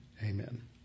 Amen